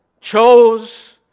chose